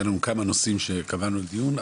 הקודמת היו לנו כמה נושאים שקבענו לדיון.